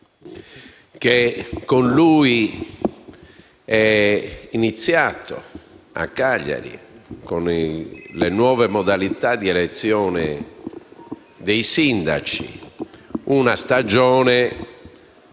che con lui è iniziata a Cagliari, con le nuove modalità di elezione dei sindaci, una stagione